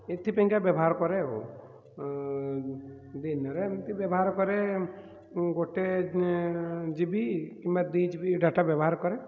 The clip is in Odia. ଏଥିପାଇଁ ବ୍ୟବହାର କରେ ଆଉ ଦିନରେ ଏମିତି ବ୍ୟବହାର କରେ ଗୋଟେ ଜି ବି କିମ୍ବା ଦୁଇ ଜି ବି ଡାଟା ବ୍ୟବହାର କରେ